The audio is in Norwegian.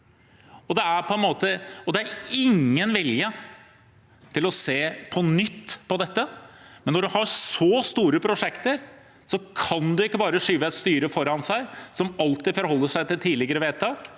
Det er ingen vilje til å se på dette på nytt. Men når en har så store prosjekter, kan en ikke bare skyve et styre foran seg, som alltid forholder seg til tidligere vedtak,